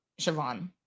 Siobhan